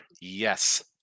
Yes